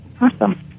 Awesome